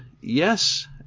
yes